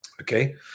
Okay